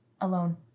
alone